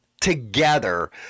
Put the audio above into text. together